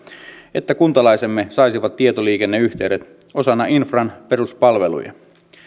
että kuntalaisemme saisivat tietoliikenneyhteydet osana infran peruspalveluja